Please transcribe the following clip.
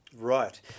right